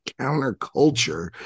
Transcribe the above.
counterculture